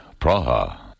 Praha